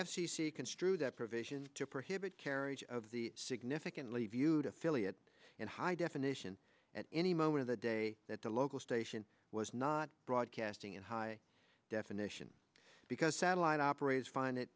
c construed that provision to prohibit carriage of the significantly viewed affiliate in high definition at any moment of the day that the local station was not broadcasting in high definition because satellite operators find